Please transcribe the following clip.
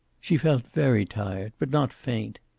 she felt very tired, but not faint.